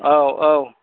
औ औ